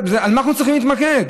אנחנו צריכים להתמקד.